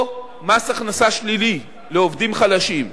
או כיש מס הכנסה שלילי לעובדים חלשים,